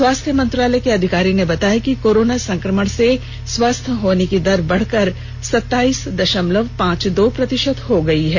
स्वास्थ्य मंत्रालय के अधिकारी ने बताया कि कोरोना संक्रमण से स्वस्थ होने की दर बढ़कर सत्ताइस दशमलव पांच दो प्रतिशत हो गई है